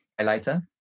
highlighter